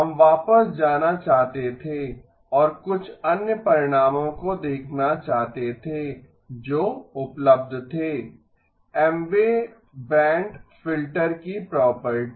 हम वापस जाना चाहते थे और कुछ अन्य परिणामों को देखना चाहते थे जो उपलब्ध थे Mवें बैंड फ़िल्टर की प्रॉपर्टी